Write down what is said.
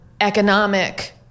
economic